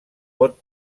pot